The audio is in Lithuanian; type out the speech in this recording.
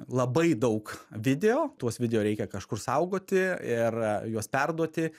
labai daug video tuos video reikia kažkur saugoti ir juos perduoti